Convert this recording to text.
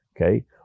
Okay